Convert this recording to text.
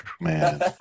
Man